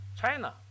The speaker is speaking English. China